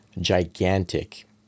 gigantic